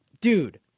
Dude